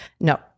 No